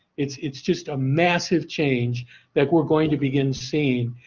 it's it's just a massive change that we're going to begin seen.